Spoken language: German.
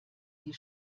die